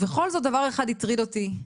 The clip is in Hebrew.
ובכל זאת דבר אחד הטריד אותי,